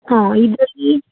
ಹ್ಞೂಇದರಲ್ಲಿ